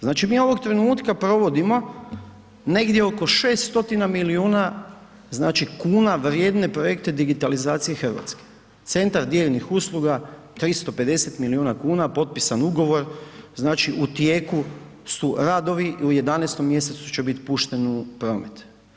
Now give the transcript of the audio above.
Znači, mi ovog trenutka provodimo negdje oko 600 milijuna znači kuna vrijedne projekte digitalizacije RH, Centar Digitalnih Usluga 350 milijuna kuna, potpisan ugovor, znači u tijeku su radovi, u 11. mjesecu će bit pušten u promet.